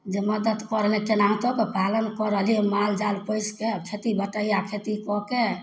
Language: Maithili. जे मदत करबै केनहुतो कऽ पालन कऽ रहलियै माल जाल पोसिकए खेती बटैया खेती कऽ कए